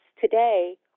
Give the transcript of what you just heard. today